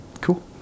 cool